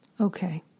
Okay